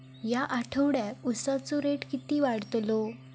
या आठवड्याक उसाचो रेट किती वाढतलो?